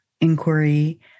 inquiry